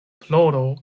ploro